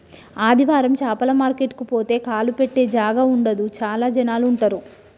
ఆదివారం చాపల మార్కెట్ కు పోతే కాలు పెట్టె జాగా ఉండదు చాల జనాలు ఉంటరు